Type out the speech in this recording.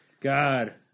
God